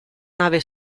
nave